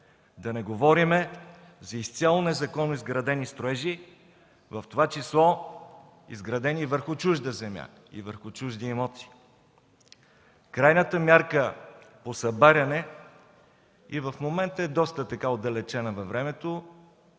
Да не говорим за изцяло незаконно изградени строежи, в това число изградени върху чужда земя и върху чужди имоти. Крайната мярка по събаряне и в момента е доста отдалечена във времето,